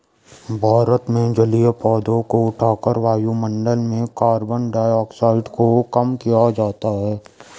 भारत में जलीय पौधों को उठाकर वायुमंडल में कार्बन डाइऑक्साइड को कम किया जाता है